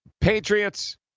Patriots